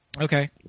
Okay